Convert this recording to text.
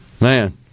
Man